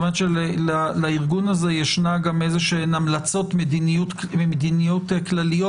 לארגון הזה יש המלצות גם מדיניות כלליות